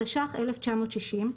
התש"ך - 1960 ,